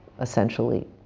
essentially